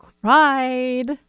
cried